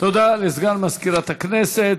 לסגן מזכירת הכנסת.